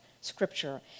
scripture